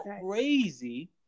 crazy